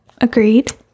agreed